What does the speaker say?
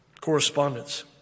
correspondence